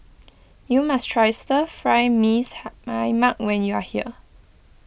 you must try Stir Fry Mee my Mak when you are here